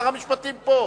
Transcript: שר המשפטים פה.